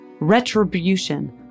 retribution